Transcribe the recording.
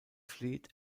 fleet